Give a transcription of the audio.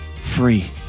free